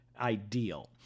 ideal